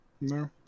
No